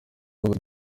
ahubwo